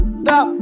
stop